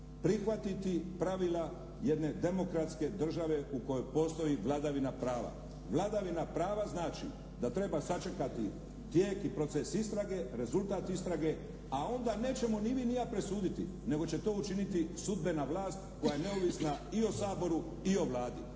prihvatiti pravila jedne demokratske države u kojoj postoji vladavina prava. Vladavina prava znači da treba sačekati tijek i proces istrage, rezultat istrage, a onda nećemo ni vi ni ja presuditi nego će to učiniti sudbena vlast koja je neovisna i o Saboru i Vladi